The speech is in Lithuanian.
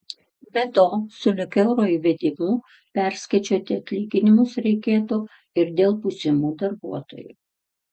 be to sulig euro įvedimu perskaičiuoti atlyginimus reikėtų ir dėl būsimų darbuotojų